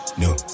no